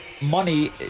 money